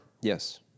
yes